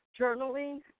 journaling